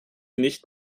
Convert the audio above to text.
nicht